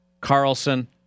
Carlson